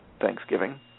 Thanksgiving